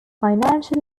financial